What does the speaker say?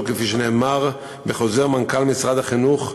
וכפי שנאמר בחוזר מנכ"ל משרד החינוך,